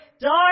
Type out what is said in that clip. dark